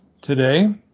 today